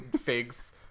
figs